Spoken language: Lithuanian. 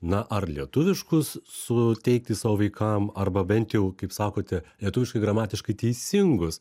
na ar lietuviškus suteikti savo vaikam arba bent jau kaip sakote lietuviškai gramatiškai teisingus